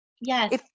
Yes